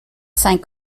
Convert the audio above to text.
sank